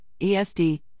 ESD